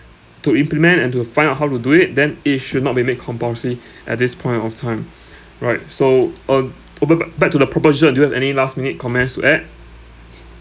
to implement and to find out how to do it then it should not be made compulsory at this point of time right so uh b~ b~ back to the proposition do you have any last minute comments to add